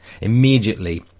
Immediately